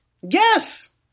Yes